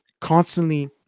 constantly